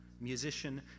Musician